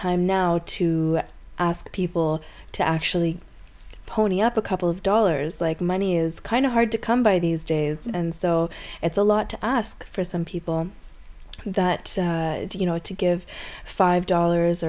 time now to ask people to actually pony up a couple of dollars like money is kind of hard to come by these days and so it's a lot to ask for some people that you know to give five dollars